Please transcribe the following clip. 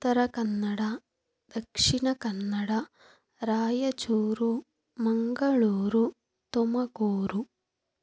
Uttara Kannada Dakshina Kannada Raichur Mangaluru Tumakuru